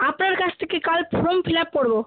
আপনার কাছ থেকে কাল ফর্ম ফিলআপ করবো